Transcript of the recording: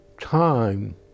time